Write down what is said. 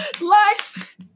life